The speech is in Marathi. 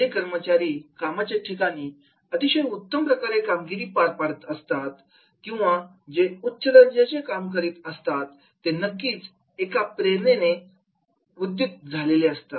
जे कर्मचारी कामाच्या ठिकाणी अतिशय उत्तम प्रकारे कामगिरी पार पाडतात किंवा जे उच्च दर्जाचे काम करतात ते नक्कीच एका प्रेरणेने उद्युक्त झालेले असतात